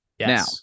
Now